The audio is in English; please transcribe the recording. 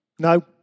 No